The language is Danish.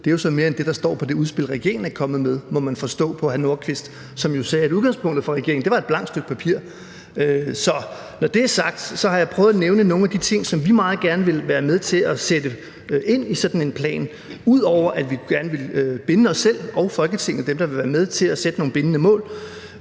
Det er så mere end det, der står i det udspil, regeringen er kommet med, må man forstå på hr. Rasmus Nordqvist, som jo sagde, at udgangspunktet for regeringen var et blankt stykke papir. Når det er sagt, har jeg prøvet at nævne nogle af de ting, som vi meget gerne vil være med til at sætte ind i sådan en plan, ud over at vi gerne vil binde os selv og Folketinget – dem, der vil være med – til at sætte nogle bindende mål,